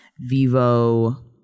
vivo